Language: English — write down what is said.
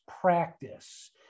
practice